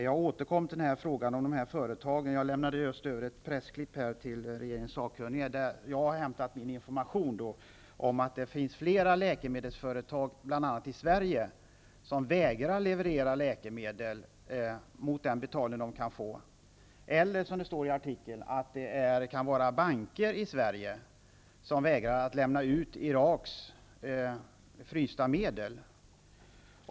Jag återkom till frågan om dessa företag. För en stund sedan lämnade jag över ett pressklipp till en av regeringens sakkunniga, Där har jag hämtat min information om att det finns flera läkemedelsföretag i bl.a. Sverige som vägrar leverera läkemedel mot den betalning som de kan få. Det står i artikeln att det kan vara banker i Sverige som vägrar att lämna ut Iraks frysta medel.